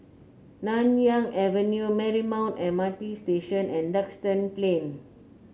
Nanyang Avenue Marymount M R T Station and Duxton Plain